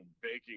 baking